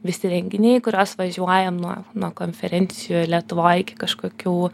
visi renginiai į kuriuos važiuojam nuo nuo konferencijų lietuvoj iki kažkokių